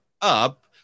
up